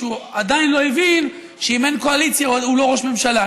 שהוא עדיין לא הבין שאם אין קואליציה הוא לא ראש ממשלה.